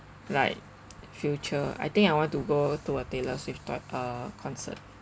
like future I think I want to go to a taylor swift toi~ uh concert